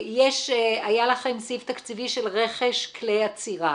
היה לכם סעיף תקציבי של רכש כלי עצירה.